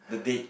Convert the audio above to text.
the date